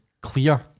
clear